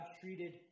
treated